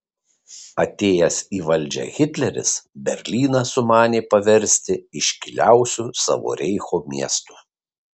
atėjęs į valdžią hitleris berlyną sumanė paversti iškiliausiu savo reicho miestu